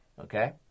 okay